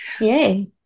Yay